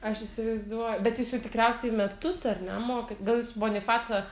aš įsivaizduo bet jūs jau tikriausiai metus ar ne mokat gal jūs bonifacą